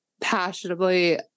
passionately